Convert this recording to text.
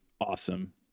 awesome